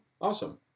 awesome